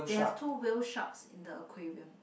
they have two Whale Sharks in the aquarium